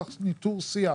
ניטור שיח.